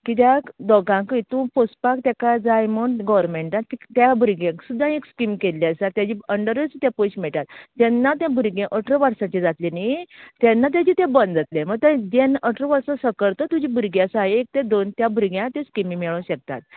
कित्याक दोगांकय तूं पोसपाक तेका जाय म्हण गव्हरमेन्टान त्या भुरग्याक सुद्दां एक स्किम केल्ली आसा तेजे अंडरच ते पयशें मेळटात जेन्ना तें भुरगें अठरा वर्साचें जातलें न्ही तेन्ना तेजे तें बंद जातले समज जेन अठरा वर्सा सकल तर तुजें भुरगें आसा एक तर ते दोन त्या भुरग्यांक स्किमी मेळोवंक शकतात